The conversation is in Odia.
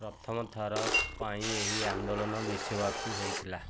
ପ୍ରଥମ ଥର ପାଇଁ ଏହି ଆନ୍ଦୋଳନ ବିଶ୍ୱବ୍ୟାପୀ ହୋଇଥିଲା